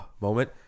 moment